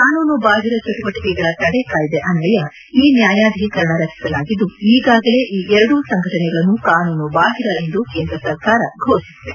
ಕಾನೂನುಬಾಹಿರ ಚಟುವಟಿಕೆಗಳ ತಡೆ ಕಾಯ್ದೆ ಅನ್ವಯ ಈ ನ್ವಾಯಾಧಿಕರಣ ರಚಿಸಲಾಗಿದ್ದು ಈಗಾಗಲೇ ಈ ಎರಡೂ ಸಂಘಟನೆಗಳನ್ನು ಕಾನೂನುಬಾಹಿರ ಎಂದು ಕೇಂದ್ರ ಸರ್ಕಾರ ಘೋಷಿಸಿದೆ